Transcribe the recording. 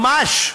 ממש,